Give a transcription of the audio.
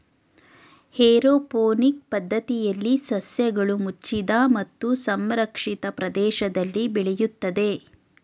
aeroponic ಪದ್ಧತಿಯಲ್ಲಿ ಸಸ್ಯಗಳು ಮುಚ್ಚಿದ ಮತ್ತು ಸಂರಕ್ಷಿತ ಪ್ರದೇಶದಲ್ಲಿ ಬೆಳೆಯುತ್ತದೆ